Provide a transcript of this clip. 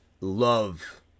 love